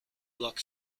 block